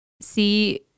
see